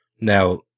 Now